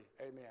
Amen